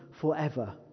forever